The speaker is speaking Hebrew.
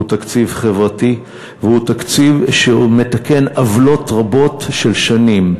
הוא תקציב חברתי והוא תקציב שמתקן עוולות רבות של שנים.